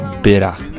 bira